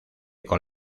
con